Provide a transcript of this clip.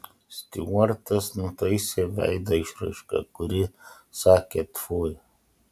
stiuartas nutaisė veido išraišką kuri sakė tfui